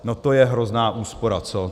No to je hrozná úspora, co?